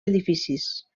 edificis